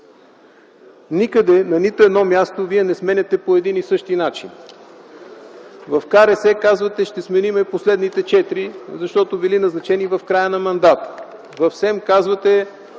Никъде, на нито едно място вие не сменяте по един и същи начин. В КРС казвате: „Ще сменим последните четири, защото били назначени в края на мандата”. В СЕМ казвате: